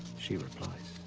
she replies.